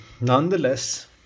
Nonetheless